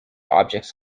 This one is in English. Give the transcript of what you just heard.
objects